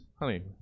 honey